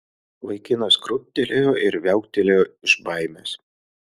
vaikinas krūptelėjo ir viauktelėjo iš baimės